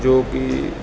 ਜੋ ਕਿ